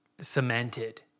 cemented